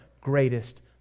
greatest